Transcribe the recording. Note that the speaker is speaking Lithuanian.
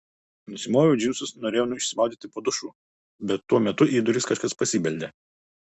nusimoviau džinsus norėjau išsimaudyti po dušu bet tuo metu į duris kažkas pasibeldė